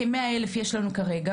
כמאה אלף יש לנו כרגע,